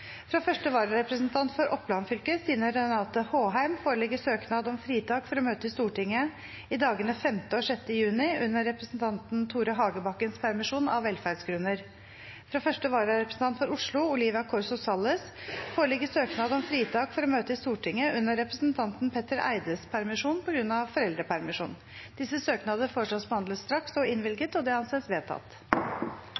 Fra første vararepresentant for Oppland fylke, Stine Renate Håheim , foreligger søknad om fritak for å møte i Stortinget i dagene 5. og 6. juni under representanten Tore Hagebakkens permisjon, av velferdsgrunner. Fra første vararepresentant for Oslo, Olivia Corso Salles , foreligger søknad om fritak for å møte i Stortinget under representanten Petter Eides permisjon, på grunn av foreldrepermisjon.